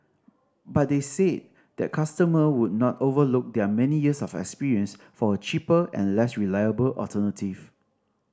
but they said that customer would not overlook their many years of experience for a cheaper and less reliable alternative